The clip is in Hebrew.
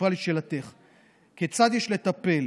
לטפל